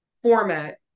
format